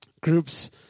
Groups